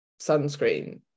sunscreen